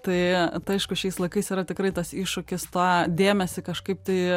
tai tai aišku šiais laikais yra tikrai tas iššūkis tą dėmesį kažkaip tai